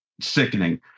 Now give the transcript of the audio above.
sickening